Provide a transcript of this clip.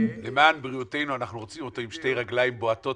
למען בריאותנו אנחנו רוצים אותו עם שתי רגליים בועטות,